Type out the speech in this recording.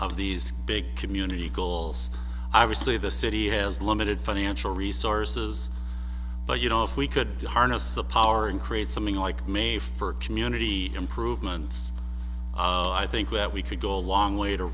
of these big community goals obviously the city has limited financial resources but you know if we could harness the power and create something like me for community improvements i think that we could go a long way to